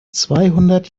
zweihundert